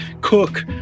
cook